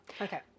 Okay